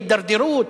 הידרדרות,